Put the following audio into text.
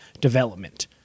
development